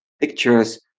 pictures